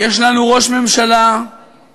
יש לנו ראש ממשלה ביצועיסט,